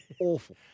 Awful